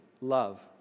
love